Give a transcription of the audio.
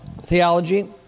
theology